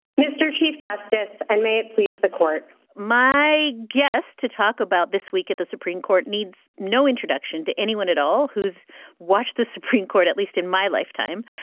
mr. chief justice. and may it please the court my guest to talk about this week at the supreme court needs no introduction to anyone at all who's watched the supreme court, at least in my lifetime.